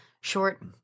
short